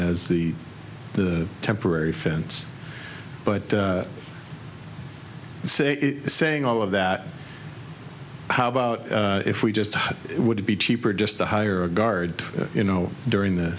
as the the temporary fence but saying all of that how about if we just would it be cheaper just to hire a guard you know during the